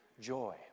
joy